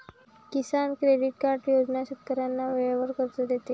किसान credit card योजना शेतकऱ्यांना वेळेवर कर्ज देते